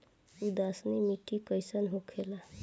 उदासीन मिट्टी कईसन होखेला?